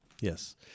Yes